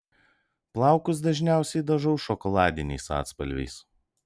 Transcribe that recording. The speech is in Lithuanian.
plaukus dažniausiai dažau šokoladiniais atspalviais